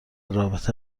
رابطه